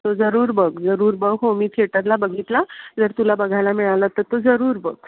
तो जरूर बघ जरूर बघ हो मी थिएटरला बघितला जर तुला बघायला मिळाला तर तो जरूर बघ